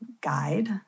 guide